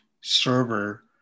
server